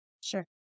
Sure